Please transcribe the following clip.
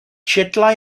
četla